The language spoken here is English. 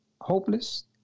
hopeless